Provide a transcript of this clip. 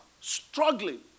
Struggling